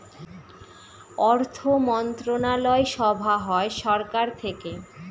অর্থমন্ত্রণালয় সভা হয় সরকার থেকে